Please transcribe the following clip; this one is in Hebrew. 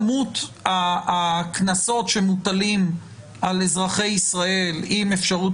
בשישים לעומת כמות הקנסות שמוטלים על אנשים בישראל עם אפשרות